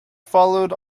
followed